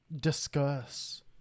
discuss